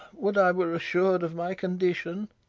would i were assur'd of my condition!